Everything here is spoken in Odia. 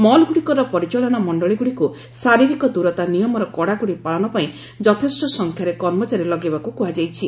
ମଲ୍ଗୁଡ଼ିକର ପରିଚାଳନା ମଣ୍ଡଳୀଗୁଡ଼ିକୁ ଶାରୀରିକ ଦୂରତା ନିୟମର କଡ଼ାକଡ଼ି ପାଳନ ପାଇଁ ଯଥେଷ୍ଟ ସଂଖ୍ୟାରେ କର୍ମଚାରୀ ଲଗାଇବାକୁ କୁହାଯାଇଛି